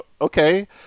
okay